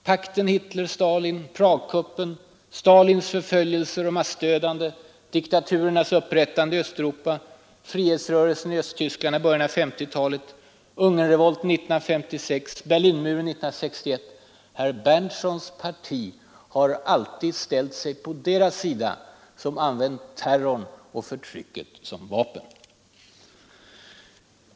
Pakten Hitler—Stalin, Pragkuppen, Stalins förföljelser och massdödande, diktaturernas upprättande i Östeuropa, frihetsrörelsen i Östberlin i början av 1950-talet, Ungernrevolten 1956 och Berlinmuren 1961 — herr Berndtsons parti har alltid solidariserat sig med dem som använt terrorn och förtrycket som vapen.